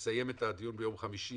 נסו לסיים את הדיון ביום חמישי